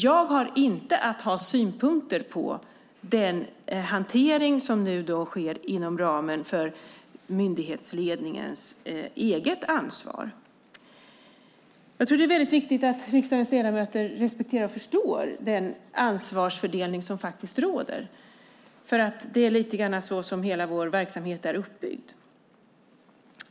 Jag har inte att ha synpunkter på den hantering som nu sker inom ramen för myndighetsledningens eget ansvar. Jag tror att det är väldigt viktigt att riksdagens ledamöter respekterar och förstår den ansvarsfördelning som faktiskt råder, för det är lite grann så som hela vår verksamhet är uppbyggd.